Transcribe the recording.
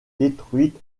détruite